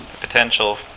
potential